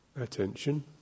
attention